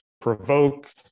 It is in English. provoke